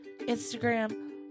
Instagram